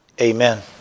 Amen